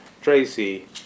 Tracy